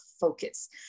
focus